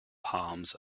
palms